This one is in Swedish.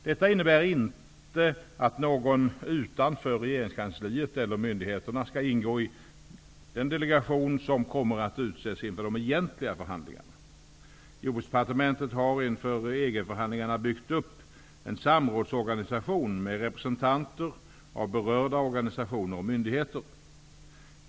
Detta innebär inte att någon utanför regeringskansliet eller myndigheterna skall ingå i den delegation som kommer att utses inför de egentliga förhandlingarna. Jordbruksdepartementet har inför EG förhandlingarna byggt upp en samrådsorganisation med representation av berörda organisationer och myndigheter.